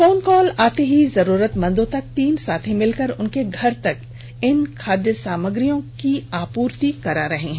phone call आते ही जरूरतमंदों तक तीन साथी मिलकर उनके घर तक इन खाद्य सामग्रियों की आपूर्ति करा रहे हैं